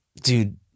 Dude